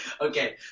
Okay